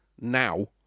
Now